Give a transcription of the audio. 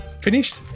finished